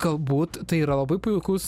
galbūt tai yra labai puikus